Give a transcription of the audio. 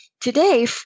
Today